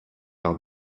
par